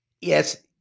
Yes